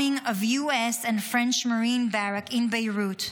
bombing of US and French Marine barrack in Beirut,